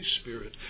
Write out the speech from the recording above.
Spirit